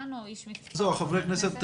הכנסת